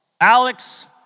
Alex